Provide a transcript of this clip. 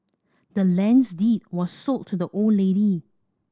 the land's deed was sold to the old lady